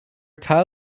tile